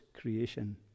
creation